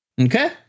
Okay